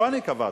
לא אני קבעתי.